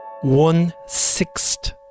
One-sixth